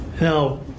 Now